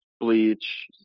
Bleach